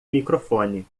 microfone